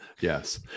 Yes